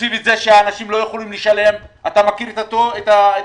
תוסיף לזה שאנשים לא יכולים לשלם אתה מכיר את המצב